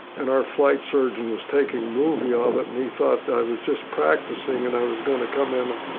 and our flight surgeon was taking a movie of it, and he thought i was just practicing. and i was going to come in and.